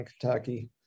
Kentucky